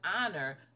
honor